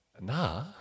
nah